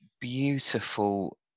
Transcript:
beautiful